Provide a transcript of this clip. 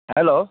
hello